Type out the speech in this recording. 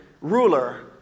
ruler